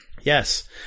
Yes